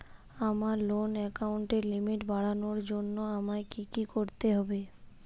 আমার লোন অ্যাকাউন্টের লিমিট বাড়ানোর জন্য আমায় কী কী করতে হবে?